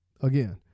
Again